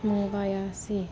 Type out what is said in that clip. ਮੰਗਾਇਆ ਸੀ